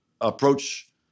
approach